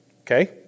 Okay